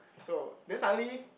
so then suddenly